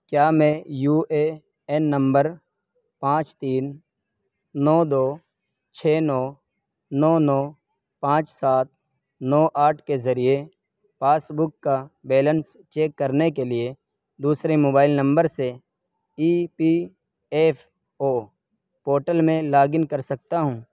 کیا میں U A N number پانچ تین نو دو چھ نو نو نو پانچ سات نو آٹھ کے ذریعے پاس بک کا بیلنس چیک کرنے کے لیے دوسرے موبائل نمبر سے E P F O portal میں لاگ ان کر سکتا ہوں